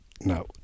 No